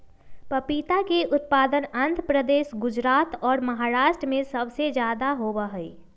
पपीता के उत्पादन आंध्र प्रदेश, गुजरात और महाराष्ट्र में सबसे ज्यादा होबा हई